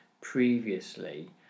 previously